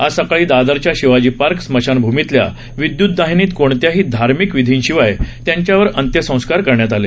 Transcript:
आज सकाळी दादरच्या शिवाजी पार्क स्मशानभूमीतल्या विद्युतदाहिनीत कोणत्याही धार्मिक विधींशिवाय त्यांच्यावर अंत्यसंस्कार करण्यात आले